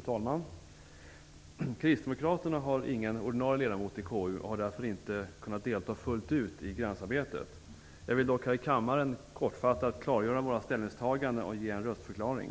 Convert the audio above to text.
Fru talman! Kristdemokraterna har ingen ordinarie ledamot i KU och har därför inte kunnat delta fullt ut i granskningsarbetet. Jag vill dock här i kammaren kortfattat klargöra våra ställningstaganden och ge en röstförklaring.